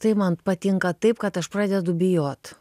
tai man patinka taip kad aš pradedu bijot